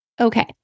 Okay